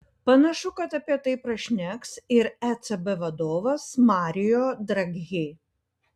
panašu kad apie tai prašneks ir ecb vadovas mario draghi